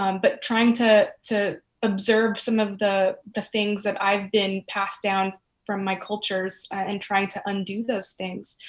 um but trying to to observe some of the the things that i have been passed down from my cultures and trying to undo those things.